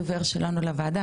הדובר שלנו לוועדה,